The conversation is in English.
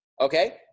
okay